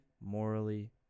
morally